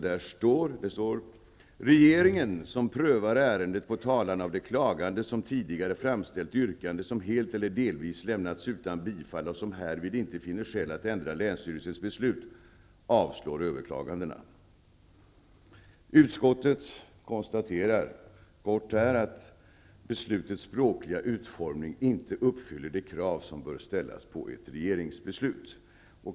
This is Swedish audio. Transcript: Där står det: ''Regeringen, som prövar ärendet på talan av de klagande som tidigare framställt yrkande som helt eller delvis lämnats utan bifall och som härvid inte finner skäl att ändra länsstyrelsens beslut, avslår överklagandena.'' Utskottet konstaterar helt kort att ''beslutets språkliga utformning inte uppfyller de krav som bör ställas på ett regeringsbeslut''.